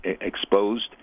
exposed